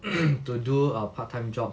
to do a part time job